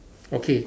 okay